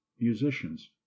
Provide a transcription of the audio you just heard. musicians